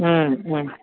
മ്മ് മ്മ്